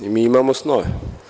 Mi imamo snove.